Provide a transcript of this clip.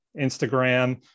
Instagram